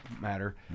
matter